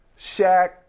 Shaq